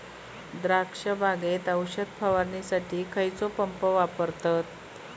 द्राक्ष बागेत औषध फवारणीसाठी खैयचो पंप वापरतत?